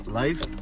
life